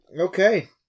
Okay